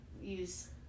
use